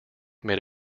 made